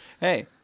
hey